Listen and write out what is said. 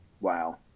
Wow